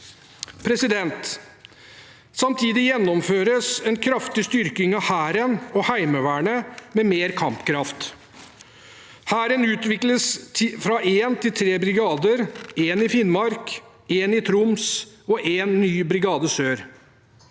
Samtidig gjennomføres en kraftig styrking av Hæren og Heimevernet med mer kampkraft. Hæren utvikles fra én til tre brigader, én i Finnmark, én i Troms, og én ny Brigade Sør.